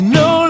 no